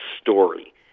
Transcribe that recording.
story